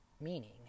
Meaning